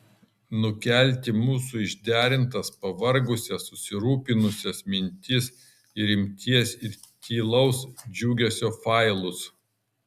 nukelti mūsų išderintas pavargusias susirūpinusias mintis į rimties ir tylaus džiugesio failus